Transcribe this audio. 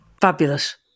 Fabulous